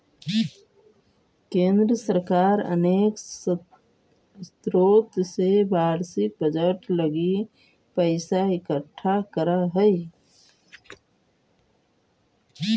केंद्र सरकार अनेक स्रोत से वार्षिक बजट लगी पैसा इकट्ठा करऽ हई